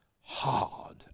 hard